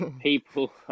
people